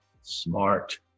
smart